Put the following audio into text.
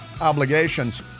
obligations